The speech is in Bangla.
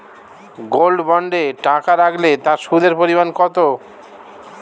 গোল্ড বন্ডে টাকা রাখলে তা সুদের পরিমাণ কত?